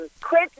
quit